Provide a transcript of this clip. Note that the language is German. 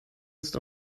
ist